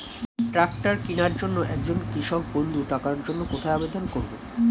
Tractor কিনার জন্য একজন কৃষক বন্ধু টাকার জন্য কোথায় আবেদন করবে?